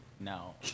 No